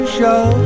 show